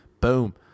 Boom